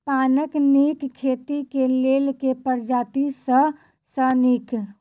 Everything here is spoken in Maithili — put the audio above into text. पानक नीक खेती केँ लेल केँ प्रजाति सब सऽ नीक?